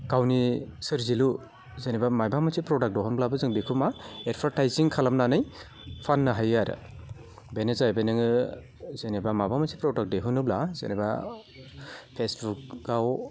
गावनि सोरजिलु जेनेबा माबा मोनसे प्रडाक्ट दिहुनब्लाबो जों बेखौ मा एडभार्टाइजिं खालामनानै फाननो हायो आरो बेनो जाहैबाय नोङो जेनेबा माबा मोनसे प्रडाक्ट दिहुनोब्ला जेनेबा फेसबुकआव